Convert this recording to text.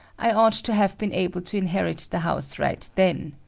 i ought to have been able to inherit the house right then.